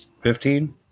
Fifteen